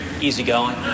easygoing